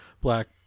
black